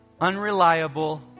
unreliable